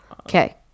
Okay